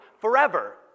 forever